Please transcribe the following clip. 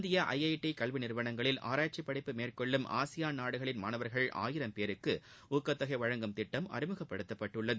இந்திய I I T கல்வி நிறுவனங்களில் ஆராய்ச்சி படிப்பு மேற்கொள்ளும் ஆசியான் நாடுகளின் மாணவர்கள் ஆயிரம் பேருக்கு ஊக்கத்தொகை வழங்கும் திட்டம் அறிமுகப்படுத்தப்பட்டுள்ளது